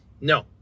No